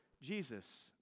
Jesus